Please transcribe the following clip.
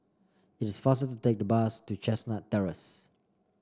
it is faster to take the bus to Chestnut Terrace